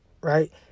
Right